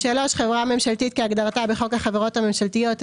חברה ממשלתית כהגדרתה בחוק החברות הממשלתיות,